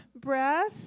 breath